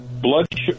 Blood